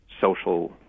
social